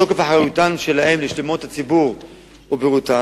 בתוקף אחריותן שלהן לשלמות הציבור ובריאותו,